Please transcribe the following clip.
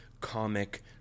comic